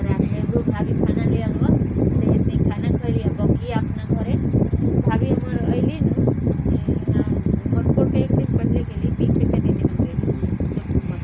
Israel अउरी Brazil में गिर प्रजति के गाई के बहुते पालल जात हवे